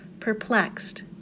perplexed